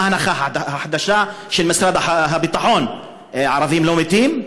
מה ההנחה החדשה של משרד הביטחון, ערבים לא מתים?